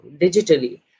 digitally